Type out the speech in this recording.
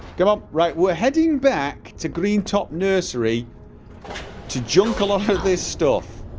come on, right, we're heading back to greentop nursery to junk a lot of this stuff